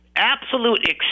absolute